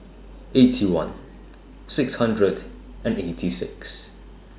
Eighty One six hundred and eighty six